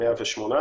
118,